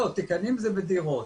לא, תיקנים זה בדירות.